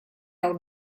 out